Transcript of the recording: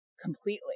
completely